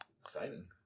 Exciting